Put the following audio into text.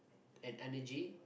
and energy